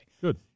Good